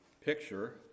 picture